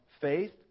faith